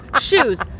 shoes